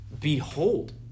behold